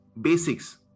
Basics